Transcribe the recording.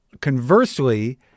conversely